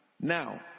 now